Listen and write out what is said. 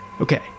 Okay